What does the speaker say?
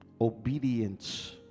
obedience